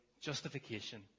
justification